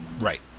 Right